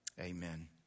Amen